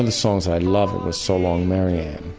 and songs i love was so long, marianne.